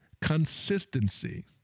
consistency